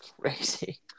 crazy